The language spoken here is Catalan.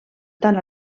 tant